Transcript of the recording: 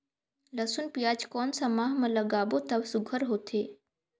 लसुन पियाज कोन सा माह म लागाबो त सुघ्घर होथे?